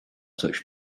such